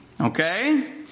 Okay